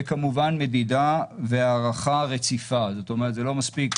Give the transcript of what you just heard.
וכמובן מדידה והערכה רציפה, זאת אומרת שלא מספיק